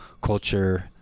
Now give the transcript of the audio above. culture